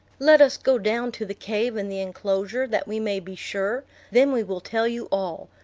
let us go down to the cave in the enclosure, that we may be sure then we will tell you all.